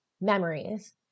memories